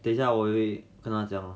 等一下我会跟他讲 lor